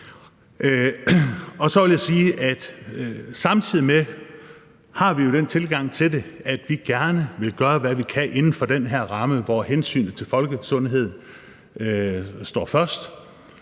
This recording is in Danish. samtidig har den tilgang til det, at vi gerne vil gøre, hvad vi kan, inden for den ramme, at hensynet til folkesundheden kommer først,